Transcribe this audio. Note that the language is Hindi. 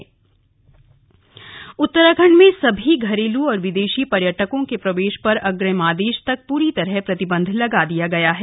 पर्यटकों पर रोक उत्तराखंड में सभी घरेलू और विदेशी पर्यटकों के प्रवेश पर अग्रिम आदेश तक प्री तरह प्रतिबंध लगा दिया गया है